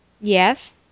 Yes